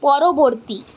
পরবর্তী